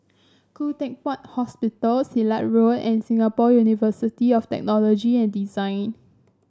Khoo Teck Puat Hospital Silat Road and Singapore University of Technology and Design